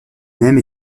même